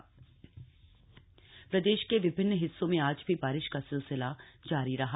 मौसम प्रदेश के विभिन्न हिस्सों में आज भी बारिश का सिलसिला जारी रहा